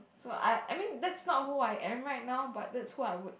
so I I mean that's not who I am right now but that's who I would